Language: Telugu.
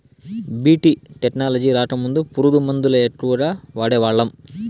బీ.టీ టెక్నాలజీ రాకముందు పురుగు మందుల ఎక్కువగా వాడేవాళ్ళం